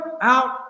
out